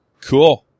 Cool